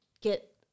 get